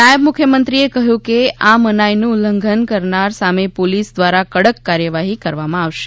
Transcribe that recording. નાયબ મુખ્યમંત્રીએ કહ્યું કે આ મનાઇનું ઉલ્લંધન કરનાર સામે પોલીસ દ્વારા કડક કાર્યવાહી કરવામાં આવશે